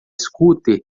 scooter